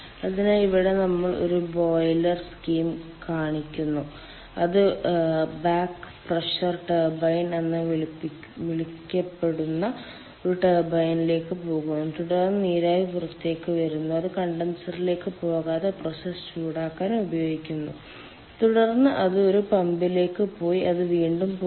അതിനാൽ ഇവിടെ നമ്മൾ ഒരു ബോയിലർ സ്കീം കാണിക്കുന്നു അത് ബാക്ക് പ്രഷർ ടർബൈൻ എന്ന് വിളിക്കപ്പെടുന്ന ഒരു ടർബൈനിലേക്ക് പോകുന്നു തുടർന്ന് നീരാവി പുറത്തേക്ക് വരുന്നു അത് കണ്ടൻസറിലേക്ക് പോകാതെ പ്രോസസ്സ് ചൂടാക്കാൻ ഉപയോഗിക്കുന്നു തുടർന്ന് അത് ഒരു പമ്പിലേക്ക് പോയി അത് വീണ്ടും പോകുന്നു